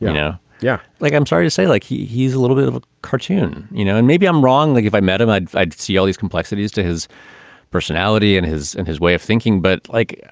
yeah. yeah. look, like i'm sorry to say, like he he's a little bit of a cartoon, you know, and maybe i'm wrong. like, if i met him, i'd i'd see all these complexities to his personality and his and his way of thinking. but like,